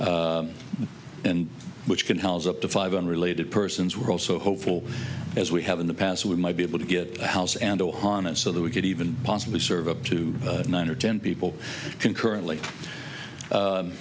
and which can house up to five unrelated persons we're also hopeful as we have in the past we might be able to get a house and ohana it so that we could even possibly serve up to nine or ten people concurrently